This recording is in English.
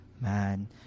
man